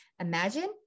imagine